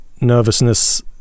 nervousness